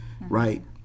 right